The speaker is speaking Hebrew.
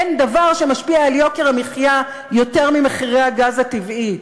אין דבר שמשפיע על יוקר המחיה יותר ממחירי הגז הטבעי,